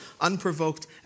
unprovoked